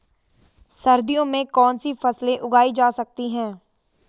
सर्दियों में कौनसी फसलें उगाई जा सकती हैं?